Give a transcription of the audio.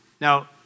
Now